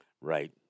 Right